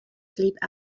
sleep